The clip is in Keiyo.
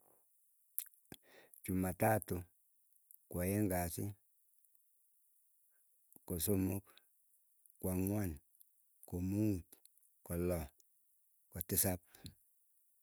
Chumatatu, kwaeng kasi, kosomok, kwang'wan, komuut, koloo, kotisap.